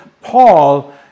Paul